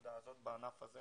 בנקודה הזאת, בענף הזה,